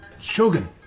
Shogun